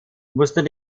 mussten